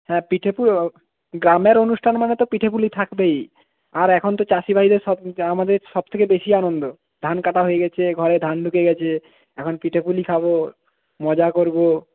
হ্যাঁ পিঠে গ্রামের অনুষ্ঠান মানে তো পিঠে পুলি থাকবেই আর এখনতো চাষি ভাইদের সব আমাদের সবথেকে বেশি আনন্দ ধান কাটা হয়ে গেছে ঘরে ধান ঢুকে গেছে এখন পিঠে পুলি খাবো মজা করবো